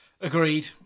Agreed